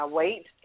wait